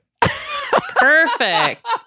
Perfect